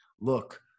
look